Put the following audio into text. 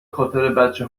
خاطربچه